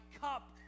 cup